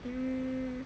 um